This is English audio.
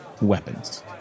weapons